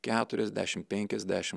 keturiasdešim penkiasdešim